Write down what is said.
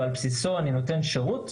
תקציב שעל בסיסו אני נותן שירות,